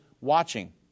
watching